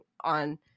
on